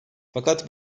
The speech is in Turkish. fakat